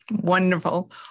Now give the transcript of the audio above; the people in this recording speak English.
Wonderful